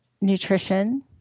nutrition